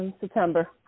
September